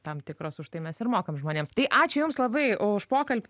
tam tikros už tai mes ir mokam žmonėms tai ačiū jums labai o už pokalbį